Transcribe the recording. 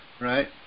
right